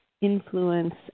Influence